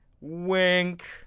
wink